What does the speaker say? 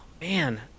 man